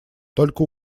только